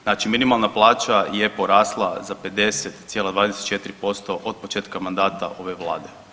Znači minimalna plaća je porasla za 50,24% od početka mandata ove vlade.